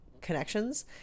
connections